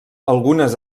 algunes